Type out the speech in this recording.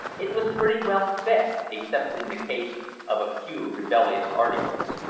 it was pretty well fed except in the case of a few rebellious articles.